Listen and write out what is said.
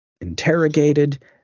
interrogated